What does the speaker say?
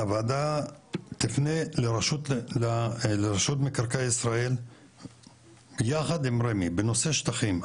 הוועדה תפנה לרשות מקרקעי ישראל יחד עם רמ"י בנושא שטחים,